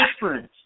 difference